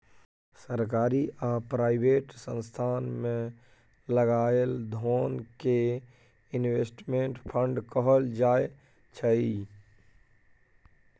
सरकारी आ प्राइवेट संस्थान मे लगाएल धोन कें इनवेस्टमेंट फंड कहल जाय छइ